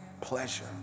pleasure